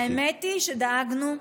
האמת היא שדאגנו,